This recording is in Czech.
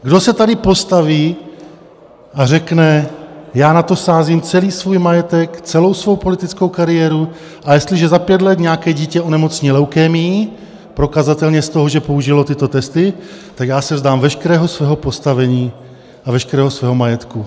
Kdo se tady postaví a řekne: Já na to sázím celý svůj majetek, celou svou politickou kariéru, a jestliže za pět let nějaké dítě onemocní leukémií prokazatelně z toho, že použilo tyto testy, tak já se vzdám veškerého svého postavení a veškerého svého majetku?